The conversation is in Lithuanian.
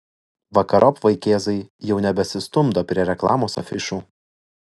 vakarop vaikėzai jau nebesistumdo prie reklamos afišų